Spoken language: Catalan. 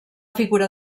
figura